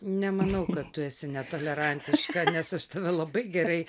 nemanau kad tu esi netolerantiška nes aš tave labai gerai